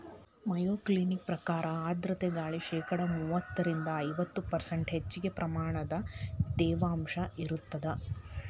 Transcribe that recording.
Mayo Clinic ಪ್ರಕಾರ ಆರ್ಧ್ರತೆ ಗಾಳಿ ಶೇಕಡಾ ಮೂವತ್ತರಿಂದ ಐವತ್ತು ಪರ್ಷ್ಂಟ್ ಹೆಚ್ಚಗಿ ಪ್ರಮಾಣದ ತೇವಾಂಶ ಇರತ್ತದ